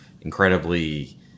incredibly